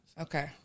Okay